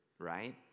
right